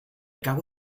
cago